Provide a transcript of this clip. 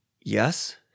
Yes